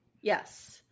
Yes